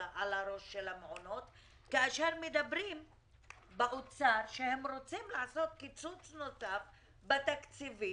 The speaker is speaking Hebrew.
הראש של המעונות כאשר מדברים באוצר שהם רוצים לעשות קיצוץ נוסף בתקציבים,